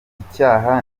icyaha